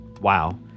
wow